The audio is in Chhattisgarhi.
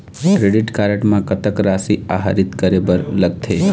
क्रेडिट कारड म कतक राशि आहरित करे बर लगथे?